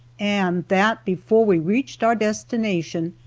and that before we reached our destination,